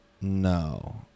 No